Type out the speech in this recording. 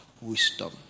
wisdom